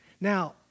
Now